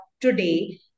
today